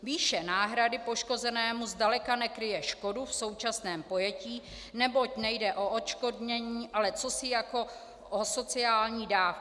Výše náhrady poškozenému zdaleka nekryje škodu v současném pojetí, neboť nejde o odškodnění, ale o cosi jako sociální dávku.